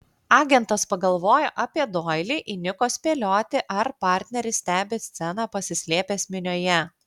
agentas pagalvojo apie doilį įniko spėlioti ar partneris stebi sceną pasislėpęs minioje